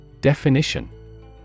Definition